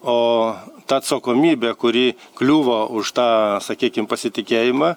o ta atsakomybė kuri kliuvo už tą sakykim pasitikėjimą